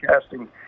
casting